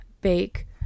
bake